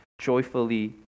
joyfully